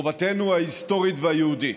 חובתנו ההיסטורית והיהודית